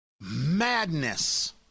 madness